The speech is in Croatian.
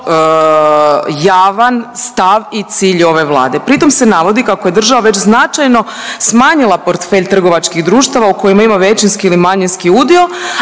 javan stav i cilj ove Vlade. Pritom se navodi kako je država već značajno smanjila portfelj trgovačkih društava u kojima ima većinski ili manjinski udio,